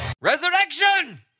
Resurrection